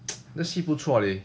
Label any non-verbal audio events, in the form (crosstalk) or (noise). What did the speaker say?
(noise) 那个戏不错 leh